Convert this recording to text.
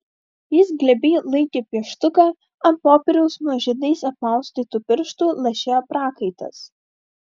jis glebiai laikė pieštuką ant popieriaus nuo žiedais apmaustytų pirštų lašėjo prakaitas